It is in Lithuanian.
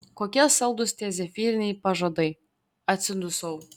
kokie saldūs tie zefyriniai pažadai atsidusau